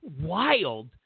wild